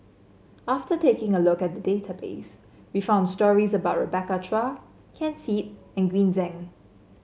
after taking a look at the database we found stories about Rebecca Chua Ken Seet and Green Zeng